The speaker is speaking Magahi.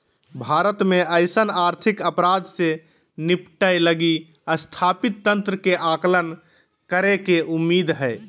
भारत में अइसन आर्थिक अपराध से निपटय लगी स्थापित तंत्र के आकलन करेके उम्मीद हइ